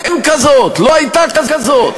אין כזאת, לא הייתה כזאת.